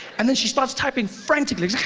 and then she starts typing frantically